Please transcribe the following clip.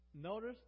Notice